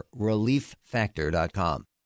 relieffactor.com